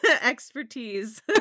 Expertise